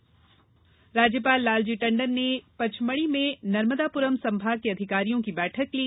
राज्यपाल राज्यपाल लालजी टंडन ने पचमढ़ी में नर्मदापुरम् संभाग के अधिकारियों की बैठक ली